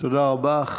תודה רבה.